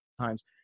times